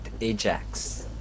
AJAX